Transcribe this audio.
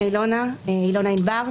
אילונה ענבר,